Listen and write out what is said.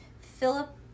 Philip